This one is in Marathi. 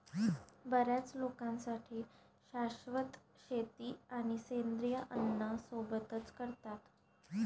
बर्याच लोकांसाठी शाश्वत शेती आणि सेंद्रिय अन्न सोबतच करतात